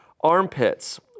armpits